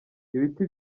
ibiti